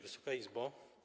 Wysoka Izbo!